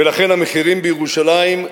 ולכן המחירים בירושלים,